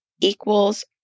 equals